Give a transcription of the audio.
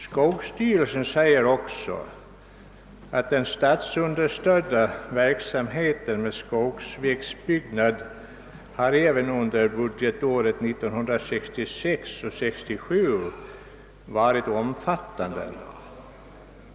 Skogsstyrelsen har uttalat att den statsunderstödda verksamheten med skogsvägbyggnad även under budgetåret 1966/67 varit omfattande.